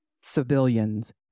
civilians